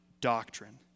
doctrine